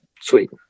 Sweet